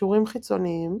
קישורים חיצוניים